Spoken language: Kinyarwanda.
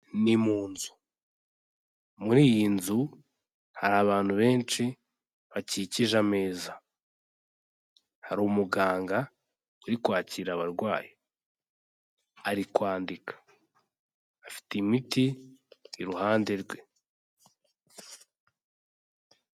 Ni mu nzu, muri iyi nzu hari abantu benshi bakikije ameza, hari umuganga uri kwakira abarwayi ari kwandika, afite imiti iruhande rwe.